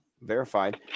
verified